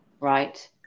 Right